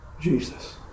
Jesus